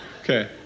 Okay